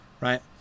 right